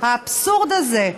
האבסורד הזה,